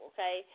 Okay